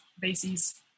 bases